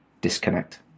disconnect